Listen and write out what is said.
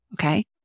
Okay